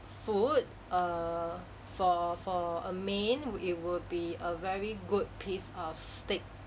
food err for for a main it would be a very good piece of steak